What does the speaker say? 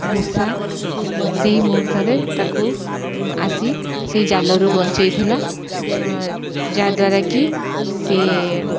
ମୂଷା ସେଇ ମୁହୂର୍ତ୍ତରେ ତାକୁ ଆସି ସେଇ ଜାଲରୁ ବଞ୍ଚାଇଥିଲା ଯାହାଦ୍ୱାରା କି ସିଏ